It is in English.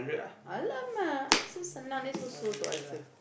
alamak so slow nowadays so slow to answer